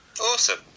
Awesome